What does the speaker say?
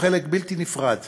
הוא חלק בלתי נפרד